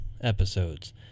episodes